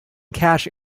cache